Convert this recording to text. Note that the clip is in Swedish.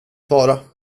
vara